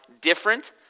different